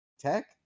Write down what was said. tech